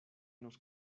nos